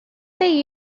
they